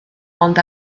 ond